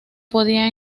podía